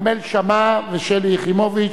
כרמל שאמה ושלי יחימוביץ.